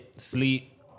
Sleep